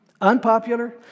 unpopular